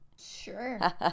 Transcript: Sure